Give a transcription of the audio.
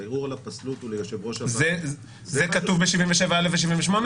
על הפסלות הוא ליו"ר הוועדה --- זה כתוב ב-77א ו-78?